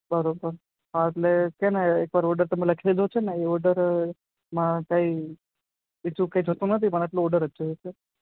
બરોબર હા એટલે છેને એકવાર ઓર્ડર તમે લખી દીધો છેને એ ઓર્ડરમાં કાંઈ બીજું કાંઈ જોઈતું નથી પણ આટલું ઓર્ડર જ જોઈએ છે